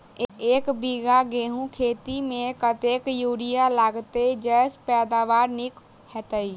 एक बीघा गेंहूँ खेती मे कतेक यूरिया लागतै जयसँ पैदावार नीक हेतइ?